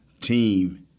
team –